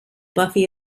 buffy